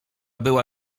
była